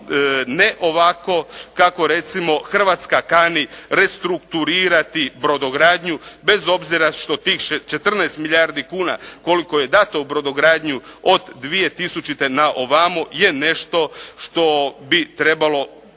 ne ovako kako recimo kako Hrvatska kani restrukturirati brodogradnju bez obzira što tih 14 milijardi kuna koliko je dano u brodogradnju od 2000. na ovamo je nešto što bi trebalo